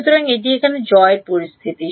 সুতরাং এটি এখানে জয় পরিস্থিতি